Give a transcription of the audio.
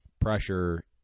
pressure